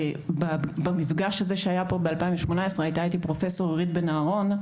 במפגש שהיה פה ב-2018 הייתה פה פרופסור אירית בן אהרון,